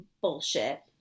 bullshit